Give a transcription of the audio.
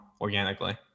organically